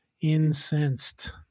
incensed